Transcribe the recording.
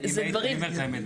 אם הייתי עניינית,